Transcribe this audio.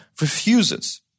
refuses